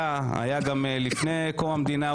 היה גם לפני קום המדינה.